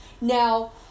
Now